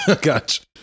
Gotcha